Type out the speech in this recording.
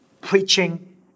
preaching